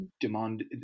demand